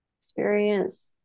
experience